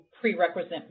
prerequisite